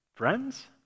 Friends